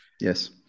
yes